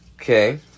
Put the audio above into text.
Okay